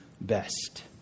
best